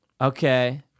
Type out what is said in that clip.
Okay